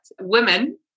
women